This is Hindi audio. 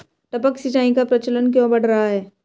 टपक सिंचाई का प्रचलन क्यों बढ़ रहा है?